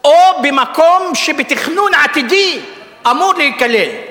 או במקום שבתכנון עתידי אמור להיכלל.